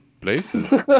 places